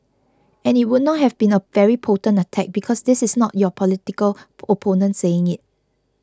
and it would not have been a very potent attack because this is not your political opponent saying it